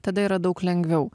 tada yra daug lengviau